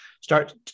start